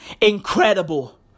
incredible